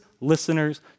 listeners